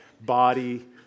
body